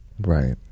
Right